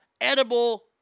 edible